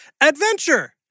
adventure